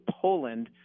Poland